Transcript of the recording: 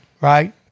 right